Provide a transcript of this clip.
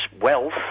wealth